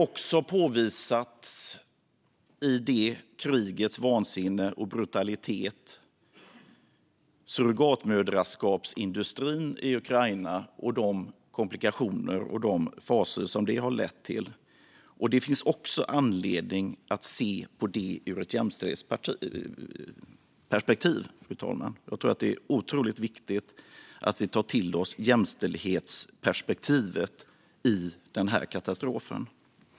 I krigets vansinne och brutalitet har surrogatmoderskapsindustrin i Ukraina och de komplikationer och fasor som detta har lett till påvisats. Det finns också anledning att se på detta ur ett jämställdhetsperspektiv. Jag tror att det är otroligt viktigt att vi tar till oss jämställdhetsperspektivet i den här katastrofen.